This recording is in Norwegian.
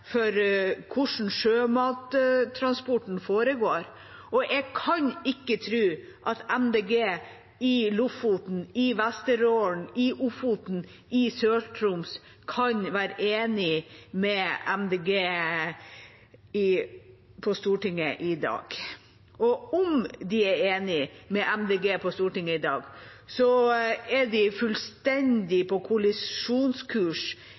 for hvordan sjømattransporten foregår. Jeg kan ikke tro at Miljøpartiet De Grønne i Lofoten, i Vesterålen, i Ofoten, i Sør-Troms kan være enig med Miljøpartiet De Grønne på Stortinget i dag. Og om de er enige med Miljøpartiet De Grønne på Stortinget i dag, er de